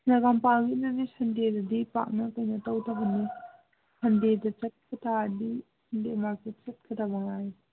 ꯅꯒꯥꯃꯄꯥꯜꯒꯤꯗꯨꯗꯤ ꯁꯟꯗꯦꯗꯒꯤ ꯄꯥꯛꯅ ꯀꯩꯅꯣ ꯇꯧꯗꯕꯅꯤ ꯁꯟꯗꯦꯗ ꯆꯠꯄ ꯇꯥꯔꯗꯤ ꯁꯟꯗꯦ ꯃꯥꯔꯀꯦꯠ ꯆꯠꯀꯗꯕ ꯉꯥꯏꯔꯦ